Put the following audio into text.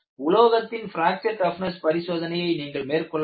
உலோகத்தின் fracture toughness பரிசோதனையை நீங்கள் மேற்கொள்ள வேண்டும்